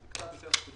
זה קצת יותר ספציפי.